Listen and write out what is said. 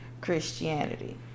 Christianity